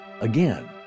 Again